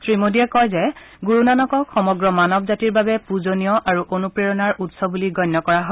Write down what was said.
শ্ৰীমোডীয়ে কয় যে গুৰুনানকক সমগ্ৰ মানৱ জাতিৰ বাবে পুজনীয় আৰু অনুপ্ৰেৰণাৰ উৎস বুলি গণ্য কৰা হয়